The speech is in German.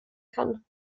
kann